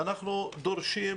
אנחנו דורשים